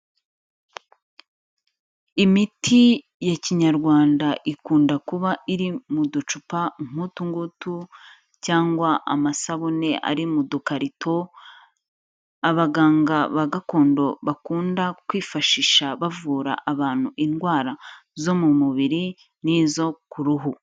Imiti ya kinyarwanda ikunda kuba iri mu ducupa nk'utu ngutu cyangwa amasabune ari mu dukarito, abaganga ba gakondo bakunda kwifashisha bavura abantu indwara zo mu mubiri n'izo ku ruhu.